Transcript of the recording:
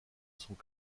sont